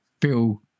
feel